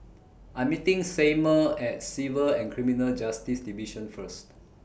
I'm meeting Seymour At Civil and Criminal Justice Division First